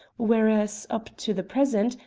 whereas, up to the present,